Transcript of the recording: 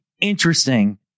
interesting